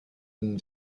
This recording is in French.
une